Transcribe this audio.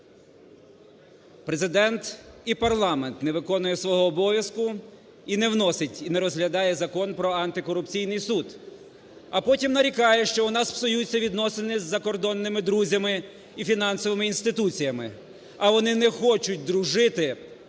Президент і парламент не виконує свого обов'язку і не вносить, і не розглядає Закон про антикорупційний суд. А потім нарікає, що в нас псуються відносини із закордонними друзями і фінансовими інституціями. А вони не хочуть дружити